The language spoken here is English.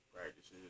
practices